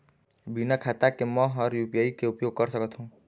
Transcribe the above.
बिना खाता के म हर यू.पी.आई के उपयोग कर सकत हो?